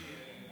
מי?